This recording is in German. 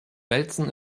velzen